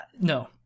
No